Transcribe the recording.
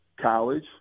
college